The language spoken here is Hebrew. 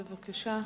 בבקשה.